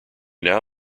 now